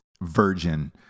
virgin